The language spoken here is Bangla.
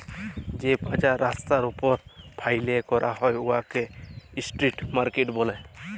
যে বাজার রাস্তার উপর ফ্যাইলে ক্যরা হ্যয় উয়াকে ইস্ট্রিট মার্কেট ব্যলে